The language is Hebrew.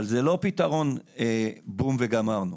אבל זה לא פתרון של בום וגמרנו.